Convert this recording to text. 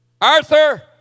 Arthur